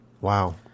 Wow